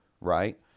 Right